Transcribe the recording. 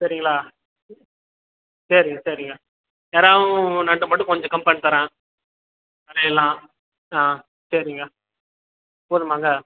சரிங்களா சரிங்க சரிங்க எறாலும் நண்டும் மட்டும் கொஞ்சம் கம்மி பண்ணி தர்றேன் விலைலாம் ஆ சரிங்க போதுமாங்க